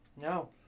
No